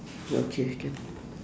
okay can